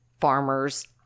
farmers